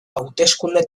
hauteskunde